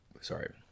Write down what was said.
sorry